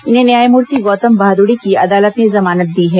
इन्हें न्यायमूर्ति गौतम भादुड़ी की अदालत ने जमानत दी है